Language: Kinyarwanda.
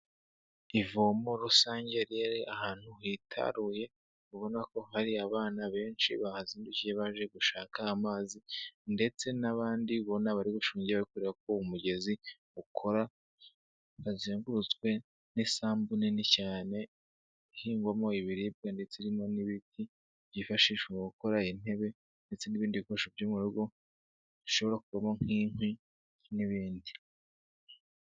Ivomo rusange riri ahantu hitaruye ubona ko hari abana benshi bahazindukiye baje gushaka amazi, ndetse n'abandi ubona bari gushungera bari kureba uko uwo mugezi ukora, bazengurutswe n'isambu nini cyane ihingwamo ibiribwa ndetse irimo n'ibiti byifashishwa mu gukora intebe ndetse n'ibindi bikoresho byo mu rugo bishobora kuvamo nk'inkwi n'ibindi.